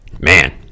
Man